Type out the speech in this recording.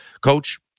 Coach